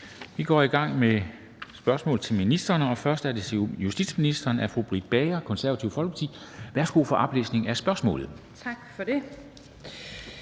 Vi går i gang med spørgsmål til ministrene. Og først er det til justitsministeren af fru Britt Bager, Det Konservative Folkeparti. Kl. 13:00 Spm. nr.